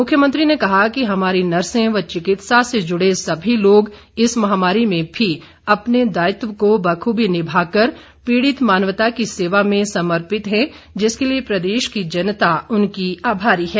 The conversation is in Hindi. मुख्यमंत्री ने कहा कि हमारी नर्से व चिकित्सा से जुड़े सभी लोग इस महामारी में भी अपने दायित्व को बखूबी निभा कर पीड़ित मानवता की सेवा में समर्पित हैं जिसके लिए प्रदेश की जनता उनकी आभारी है